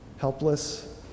helpless